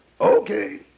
Okay